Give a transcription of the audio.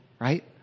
right